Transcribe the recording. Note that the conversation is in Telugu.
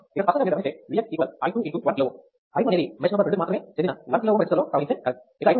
ఇక్కడ స్పష్టంగా మీరు గమనిస్తే Vx I 2 1 kΩ I 2 అనేది మెష్ నంబర్ 2 కి మాత్రమే చెందిన 1 kΩ రెసిస్టర్ లో ప్రవహించే కరెంటు